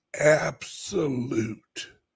absolute